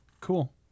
Cool